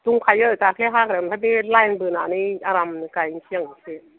दंखायो दाख्लै हाग्रा ओमफ्राय बे लाइन बोनानै आराम गाइनोसै आं बे